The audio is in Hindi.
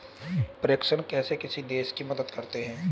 प्रेषण कैसे किसी देश की मदद करते हैं?